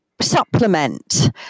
supplement